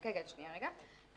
--- לגמלאים.